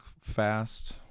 fast